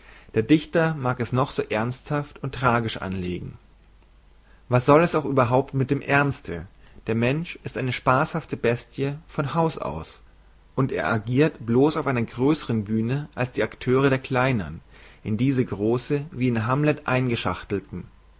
der dichter mag es noch so ernsthaft und tragisch anlegen was soll es auch überhaupt mit dem ernste der mensch ist eine spashafte bestie von haus aus und er agirt blos auf einer grössern bühne als die akteure der kleinern in diese große wie in hamlet eingeschachtelten